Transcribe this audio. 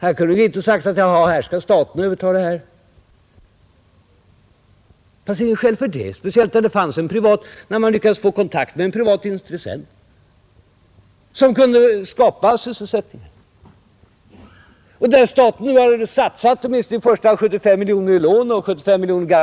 Vi kunde ha sagt: staten skall överta det här. Det fanns inget skäl för det — speciellt inte när man lyckades få kontakt med en privat intressent som kunde skapa sysselsättning. Staten har nu satsat i första omgången 75 miljoner kronor i lån och ställt garanti för 75 miljoner kronor.